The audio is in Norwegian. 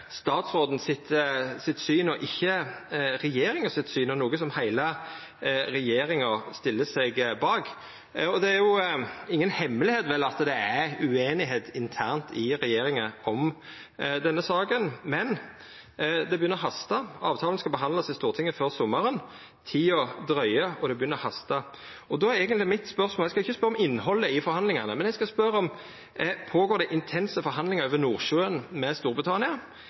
statsråden sitt syn og ikkje regjeringa sitt syn og noko heile regjeringa stiller seg bak. Det er vel inga hemmelegheit at det er ueinigheit internt i regjeringa om denne saka, men det begynner å hasta. Avtalen skal behandlast i Stortinget før sommaren. Tida dryger, og det begynner å hasta. Eg skal ikkje spørja om innhaldet i forhandlingane, men mitt spørsmål er eigentleg: Er det intense forhandlingar over Nordsjøen med Storbritannia,